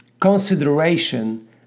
consideration